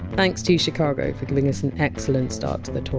thanks to chicago for giving us an excellent start to the tour.